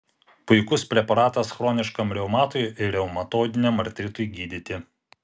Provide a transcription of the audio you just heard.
puikus preparatas chroniškam reumatui ir reumatoidiniam artritui gydyti